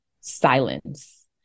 silence